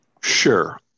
sure